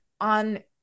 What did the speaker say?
on